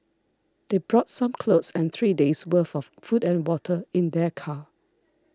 they brought some clothes and three days' worth of food and water in their car